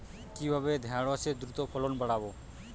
কিভাবে ঢেঁড়সের দ্রুত ফলন বাড়াব?